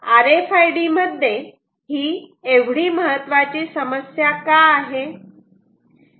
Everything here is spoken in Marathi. आर एफ आय डी मध्ये ही एवढी महत्त्वाची समस्या का आहे